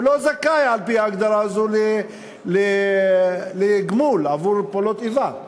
הוא לא זכאי על-פי ההגדרה הזו לגמול עבור פעולות איבה.